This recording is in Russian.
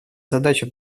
задача